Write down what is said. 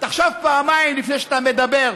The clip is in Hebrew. תחשוב פעמיים לפני שאתה מדבר.